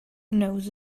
knows